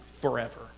forever